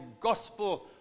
gospel